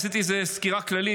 עשיתי על זה סקירה כללית.